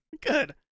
Good